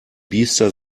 biester